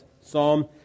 psalm